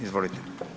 Izvolite.